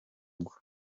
agwa